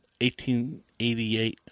1888